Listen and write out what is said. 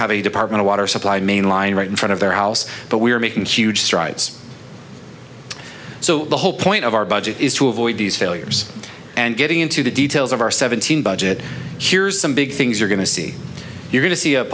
have a department of water supply mainline right in front of their house but we're making huge strides so the whole point of our budget is to avoid these failures and getting into the details of our seventeen budget here's some big things you're going to see you're go